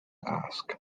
ask